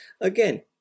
again